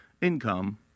income